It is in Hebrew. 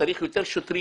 צריך יותר שוטרים,